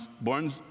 born